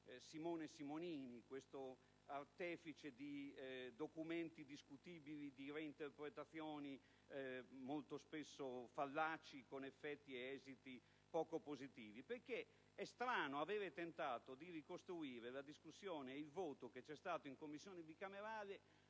Simone Simonini, artefice di documenti discutibili e di reinterpretazioni molto spesso fallaci che determinano effetti ed esiti poco positivi. È infatti strano aver tentato di ricostruire la discussione ed il voto dichiarato in Commissione bicamerale